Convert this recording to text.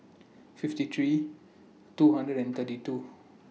fifty three two hundred and thirty two